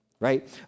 Right